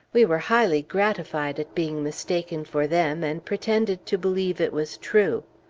we were highly gratified at being mistaken for them, and pretended to believe it was true.